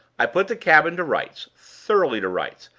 i put the cabin to rights thoroughly to rights.